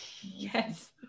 yes